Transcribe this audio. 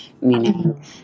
meaning